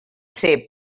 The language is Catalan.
ser